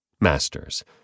Masters